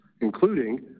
including